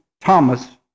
Thomas